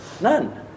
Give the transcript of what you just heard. None